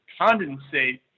condensate